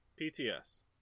PTS